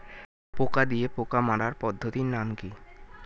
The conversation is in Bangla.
পোকা দিয়ে পোকা মারার পদ্ধতির নাম কি?